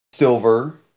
Silver